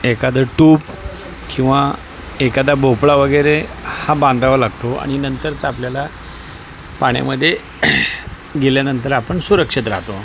एखादं टूब किंवा एकादा भोपळा वगैरे हा बांधावा लागतो आणि नंतरच आपल्याला पाण्यामध्ये गेल्यानंतर आपण सुरक्षित राहतो